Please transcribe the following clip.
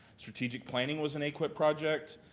strategic planning was an aquip project.